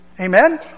Amen